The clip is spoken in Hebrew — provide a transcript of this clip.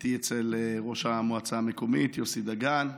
הייתי אצל ראש המועצה האזורית יוסי דגן.